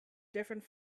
different